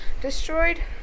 Destroyed